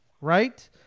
right